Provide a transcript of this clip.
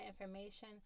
information